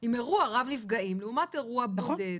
עם אירוע רב-נפגעים לעומת אירוע בודד,